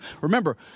Remember